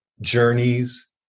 journeys